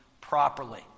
properly